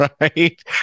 Right